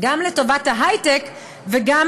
גם לטובת ההייטק וגם